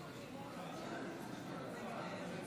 נעבור לנושא הבא